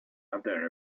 other